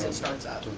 and starts up.